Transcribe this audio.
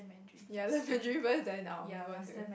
ya learn mandarin first then I will move on to it